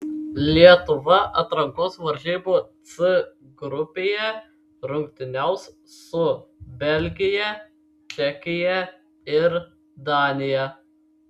lietuva atrankos varžybų c grupėje rungtyniaus su belgija čekija ir danija